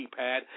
keypad